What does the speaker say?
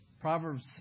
Proverbs